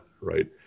right